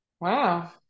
Wow